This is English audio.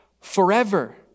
forever